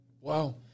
Wow